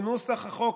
בנוסח החוק,